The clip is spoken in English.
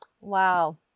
Wow